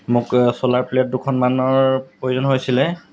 মোক চ'লাৰ প্লেট দুখনমানৰ প্ৰয়োজন হৈছিলে